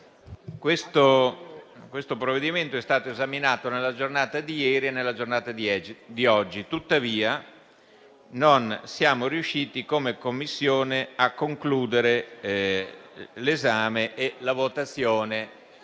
Questo provvedimento - ripeto - è stato esaminato nella giornata di ieri e nella giornata di oggi. Tuttavia, non siamo riusciti come Commissione a concludere l'esame e la votazione